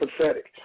pathetic